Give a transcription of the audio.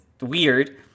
weird